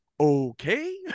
okay